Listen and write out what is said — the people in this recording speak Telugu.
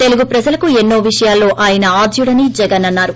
తెలుగు ప్రజలకు ఎన్నో విషయాలలో ఆయన ఆద్యుడని జగన్ అన్నారు